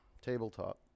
Tabletop